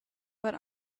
but